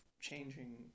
changing